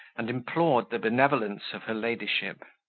and implored the benevolence of her ladyship,